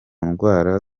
ndwara